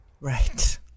Right